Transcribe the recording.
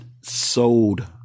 sold